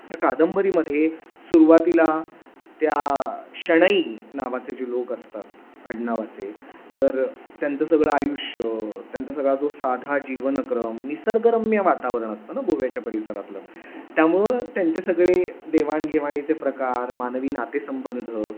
या कादंबरीमध्ये सुरुवातीला त्या शणै नावाचे जे लोक असतात अडनावाचे तर त्यांचं सगळं आयुष्य त्यांचा सगळा जो साधा जीवनक्रम निसर्गरम्य वातावरण असतं ना गोव्याच्या परिसरातलं त्यामुळं त्यांचे सगळे देवाणघेवाणीचे प्रकार मानवी नातेसंबंध